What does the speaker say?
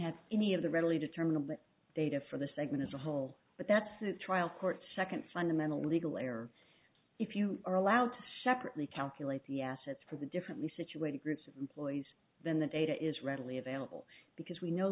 have any of the readily determinable data for the segment as a whole but that's a trial court second fundamental legal error if you are allowed to shepherd recalculate the assets for the differently situated groups please then the data is readily available because we know